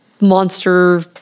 monster